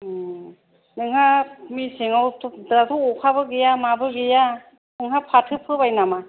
उम नोंहा मेसेंआव थ' दाथ' अखाबो गैया माबो गैया नोंहा फाथो फोबाय नामा